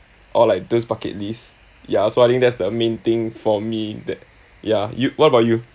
or like those bucket list ya so I think that's the main thing for me that ya you what about you